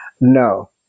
No